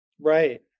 Right